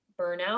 burnout